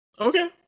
Okay